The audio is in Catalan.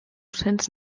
cents